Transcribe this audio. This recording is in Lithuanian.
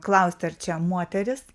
klaust ar čia moteris